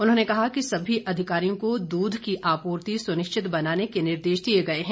उन्होंने कहा कि सभी अधिकारियों को दूध की आपूर्ति सुनिश्चित बनाने के निर्देश दिए गए हैं